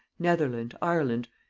netherland, ireland,